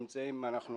דלג, דלג,